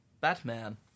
Batman